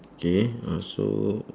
K uh so